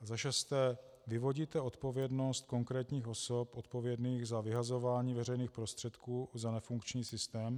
Za šesté, vyvodíte odpovědnost konkrétních osob odpovědných za vyhazování veřejných prostředků za nefunkční systém?